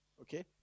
Okay